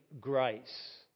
grace